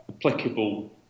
applicable